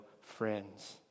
friends